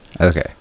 Okay